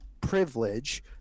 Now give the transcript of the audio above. privilege